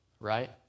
right